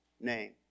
name